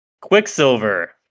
Quicksilver